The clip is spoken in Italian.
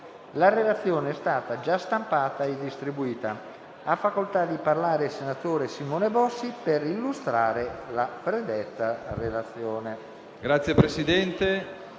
La relazione è stata già stampata e distribuita. Ha facoltà di parlare il senatore Bossi Simone per illustrare la relazione.